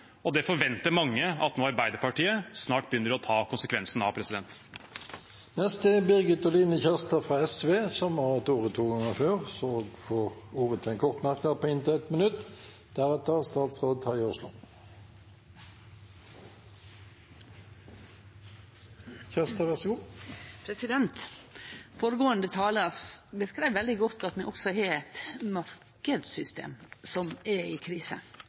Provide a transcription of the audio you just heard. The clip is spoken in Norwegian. og det forventer mange at Arbeiderpartiet snart begynner å ta konsekvensen av. Representanten Birgit Oline Kjerstad har hatt ordet to ganger før i debatten og får ordet til en kort merknad, begrenset til 1 minutt. Føregåande talar beskreiv veldig godt at vi også har eit marknadssystem som er i krise,